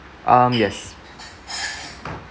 um yes